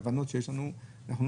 חברי קואליציה ואופוזיציה, אחראים עליו.